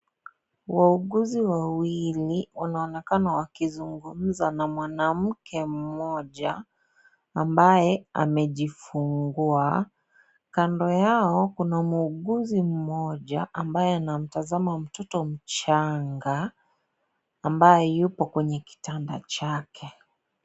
Wauguzi wawili wanaonekana wakizungumza na mwanamke mmoja ambaye amejifungua. Kando yao kuna muuguzi mmoja ambaye anamtazama mtoto mchanga ambaye yupo kwenye kitanda chake.